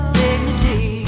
dignity